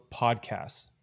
podcasts